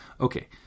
Okay